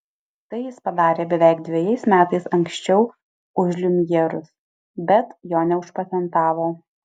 tai jis padarė beveik dvejais metais anksčiau už liumjerus bet jo neužpatentavo